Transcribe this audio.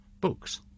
books